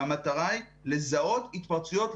והמטרה היא לזהות התפרצויות,